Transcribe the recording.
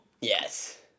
Yes